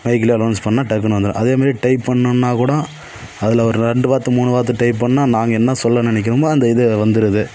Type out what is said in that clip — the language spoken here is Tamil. மைக்கில் அலோன்ஸ் பண்ணால் டக்குனு வந்துடும் அதே மாரி டைப் பண்ணணுன்னா கூட அதில் ஒரு ரெண்டு வார்த்தை மூணு வார்த்தை டைப் பண்ணா நாங்கள் என்ன சொல்ல நினைக்கிறோமோ அந்த இது வந்துடுது